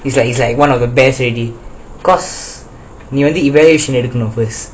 it's like it's like one of the best cause நீ வந்து:nee vanthu variation எடுகனும்:edukanum first